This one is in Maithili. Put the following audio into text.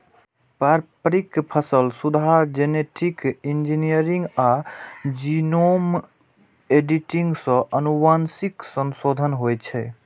पारंपरिक फसल सुधार, जेनेटिक इंजीनियरिंग आ जीनोम एडिटिंग सं आनुवंशिक संशोधन होइ छै